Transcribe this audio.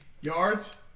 yards